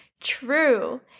true